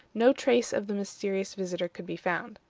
no trace of the mysterious visitor could be found.